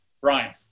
Brian